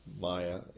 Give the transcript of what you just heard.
maya